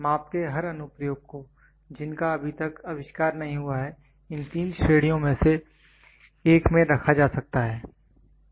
माप के हर अनु प्रयोग को जिनका अभी तक आविष्कार नहीं हुआ है इन तीन श्रेणियों में से एक में रखा जा सकता है